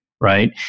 Right